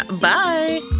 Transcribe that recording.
bye